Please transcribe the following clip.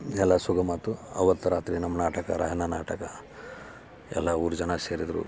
ಎಲ್ಲ ಸುಗಮ ಆಯ್ತು ಅವತ್ತು ರಾತ್ರಿ ನಮ್ಮ ನಾಟಕ ರಾಯಣ್ಣ ನಾಟಕ ಎಲ್ಲ ಊರ ಜನ ಸೇರಿದರು